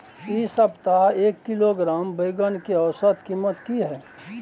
इ सप्ताह एक किलोग्राम बैंगन के औसत कीमत की हय?